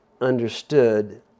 understood